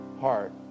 heart